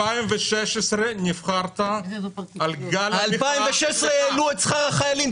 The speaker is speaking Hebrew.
ב-2016 נבחרת על גל המחאה --- ב-2016 העלו את שכר החיילים.